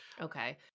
Okay